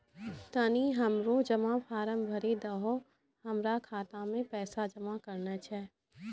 तनी हमरो जमा फारम भरी दहो, हमरा खाता मे पैसा जमा करना छै